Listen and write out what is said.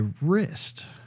wrist